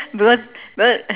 because because